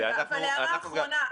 רגע, אבל הערה האחרונה.